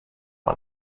one